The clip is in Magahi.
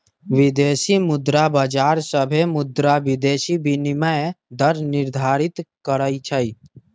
विदेशी मुद्रा बाजार सभे मुद्रा विदेशी विनिमय दर निर्धारित करई छई